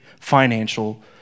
financial